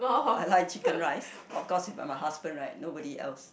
I like chicken rice of course with my husband right nobody else